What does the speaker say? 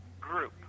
group